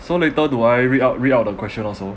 so later do i read out read out the question also